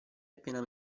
appena